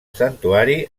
santuari